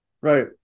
Right